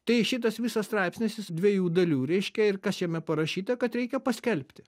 tai šitas visas straipsnis jis dviejų dalių reiškia ir kas jame parašyta kad reikia paskelbti